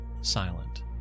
Silent